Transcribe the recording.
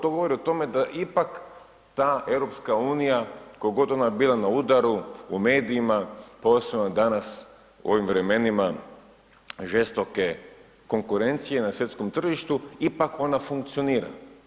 To govori o tome, da to ipak, ta EU, koliko god ona bila na udaru, u medijima, posebno danas, u ovim vremenima, žestoke konkurencije na svjetskom tržištu, ipak ona funkcionira.